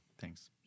Thanks